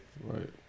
right